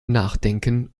nachdenken